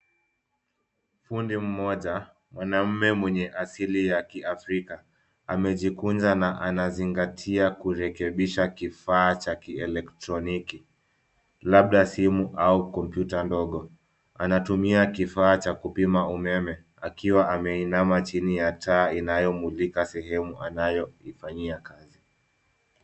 Fundi mmoja mwanaume mwenye asili ya kiafrika amejikunja na anazingatia kurekebisha kifaa cha kielektroniki , labda simu au kompyuta ndogo. Anatumia kifaa cha kupima umeme akiwa ameinama chini ya taa inayomulika sehemu anayoifanyia kazi.